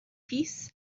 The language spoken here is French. fils